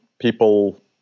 people